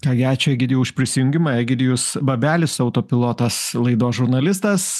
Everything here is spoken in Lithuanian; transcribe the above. ką gi ačiū egidijau už prisijungimą egidijus babelis autopilotas laidos žurnalistas